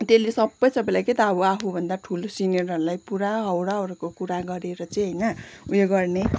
त्यसले सबै सबैलाई के त आफूभन्दा ठुलो सिनियरहरूलाई पुरा हाउडे हाउडेको कुरा गरेर चाहिँ होइन उयो गर्ने